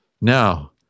Now